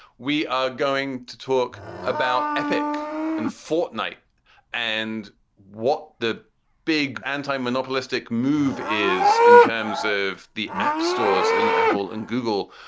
we are going to talk about epic and fortnight and what the big anti monopolistic move is in terms of the app stores in apple and google.